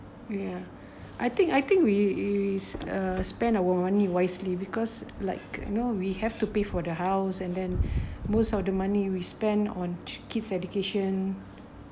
ya I think I think we is uh spend our money wisely because like you know we have to pay for the house and then most of the money we spent on kid's education